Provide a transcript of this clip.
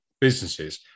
businesses